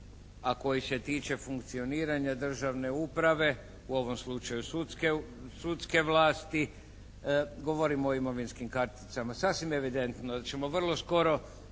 koji se tiče funkcioniranja državne uprave, u ovom slučaju sudske vlasti govorimo o imovinskim karticama sasvim evidentno jer ćemo vrlo skoro